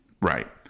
Right